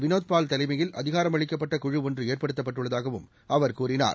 வினோத்பால் தலைமையில் அதிகாரமளிக்கப்பட்ட குழு ஒன்றுஏற்படுத்தப்பட்டுள்ளதாகவும் அவர் கூறினார்